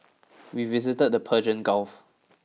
we visited the Persian Gulf